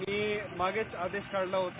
मी मागेच आदेश काढला होता